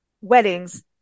weddings